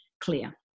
clear